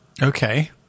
Okay